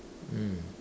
mm